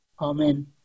Amen